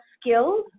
skills